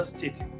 State